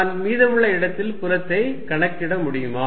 நான் மீதமுள்ள இடத்தில் புலத்தை கணக்கிட முடியுமா